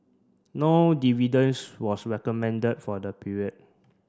no dividends was recommended for the period